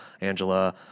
Angela